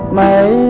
my